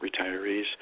retirees